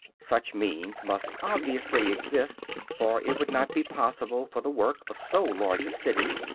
such means must obviously exist, for it would not be possible for the work of so large a city,